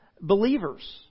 believers